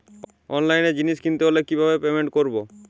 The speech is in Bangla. অনলাইনে জিনিস কিনতে হলে কিভাবে পেমেন্ট করবো?